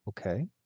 Okay